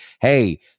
hey